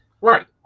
right